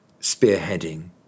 spearheading